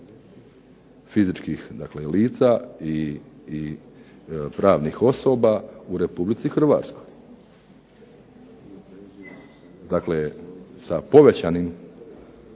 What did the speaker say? fizičkih lica i pravnih osoba u RH. Dakle, sa povećanom